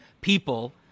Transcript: people